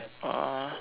uh